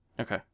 Okay